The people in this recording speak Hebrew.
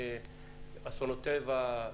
באסונות טבע,